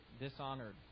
dishonored